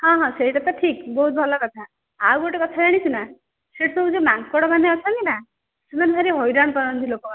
ହଁ ହଁ ସେଇଟା ତ ଠିକ୍ ବହୁତ ଭଲ କଥା ଆଉ ଗୋଟେ କଥା ଜାଣିଛୁନା ସେଇଠି ସବୁ ଯେଉଁ ମାଙ୍କଡ଼ମାନେ ଅଛନ୍ତି ନା ସେମାନେ ଭାରି ହଇରାଣ କରନ୍ତି ଲୋକମାନଙ୍କୁ